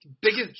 Biggest